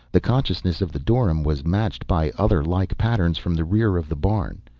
the consciousness of the dorym was matched by other like patterns from the rear of the barn.